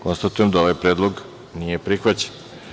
Konstatujem da ovaj predlog nije prihvaćen.